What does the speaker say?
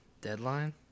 deadline